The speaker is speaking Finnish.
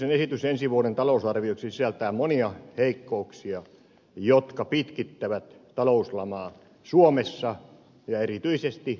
hallituksen esitys ensi vuoden talousarvioksi sisältää monia heikkouksia jotka pitkittävät talouslamaa suomessa ja erityisesti kunnissa